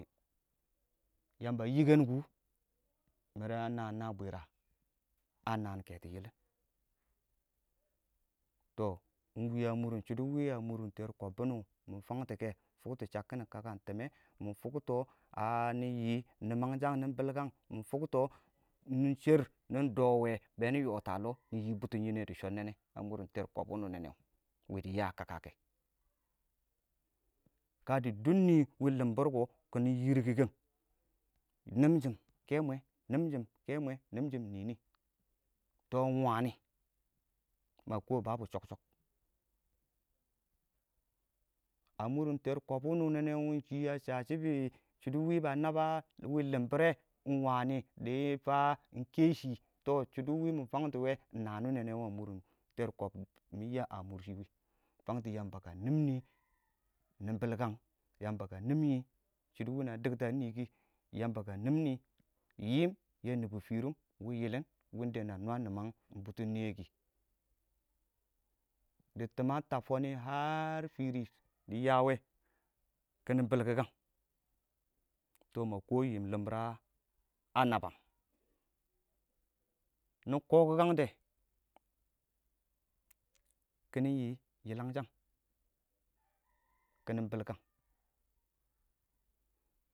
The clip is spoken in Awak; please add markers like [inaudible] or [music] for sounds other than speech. Yamba a yikənku mər a naan na bwitirr a? a naan kɛtɔ yɪlɪn iɔ ingwi a mʊrrʊn shɪidɛ wɪɪn a mʊrrʊn tər kɔb bɪnɪ wɔ mɪ tangtɛke mɪ fʊkts shakkin kakan tɪmmɛ mɪ tʊktɔ [hesitation] nɪ yii nimangshang nɪ bilkikang, mɪ fʊktɔ nɪ shər nɪ doowe bɛɛ nɪ yɔtə a lɔ nɪ yii bʊtɔn niyə dɪ shonine a mʊrrʊ t`r kɔb wini wɔ wɪwɪ yaa a kakakɛ, kadi dubni wɪɪn limbirko kiɪnɪ yirr kikang nimshin kəmwe nimshin kɛmwɛ nimshin nɪn tɔ ingwani ma kɔɔ babu shokshok a mʊrrʊn t5r kɔb wuni nɛ wɔ win shɪ a sha shɪ be shɪ do wɪɪn ba naba wɪɪn limbirre iɪng wani dɪ ingfaa inkeshi, to shido wi mi fang to we ingnan nɛ wɔ a mʊrrʊn tər kɔb [hesitation] mɪ yam a mʊrshi wɛ mɪ tangtɔ yamba animni nɪ bilkang Yamba kə nimni shɪidɛ wɪl na dikta nii kɪ Yamba kə wɪɪn yillin win da na nwa nimnag bʊtɔn niyə kɪ dɪ timmɔ a tab toni har furi diyaa wɔ kiɪnɪ bilikang, tɔ ma kɔɔ yiim limbir a nabaam nikəki kangde kiɪnɪ yii bilkang.